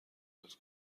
لطف